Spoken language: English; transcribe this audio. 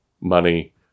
money